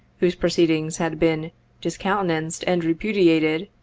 whose proceedings had been discountenanced and repu diated,